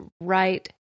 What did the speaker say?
right